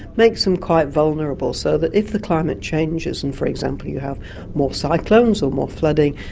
makes them quite vulnerable, so that if the climate changes, and for example you have more cyclones, or more flooding,